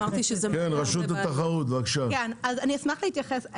אמרתי שזה --- אני אשמח להתייחס.